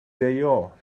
deio